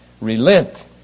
relent